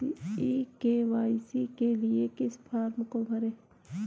ई KYC के लिए किस फ्रॉम को भरें?